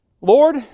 Lord